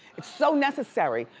it's so necessary,